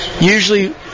usually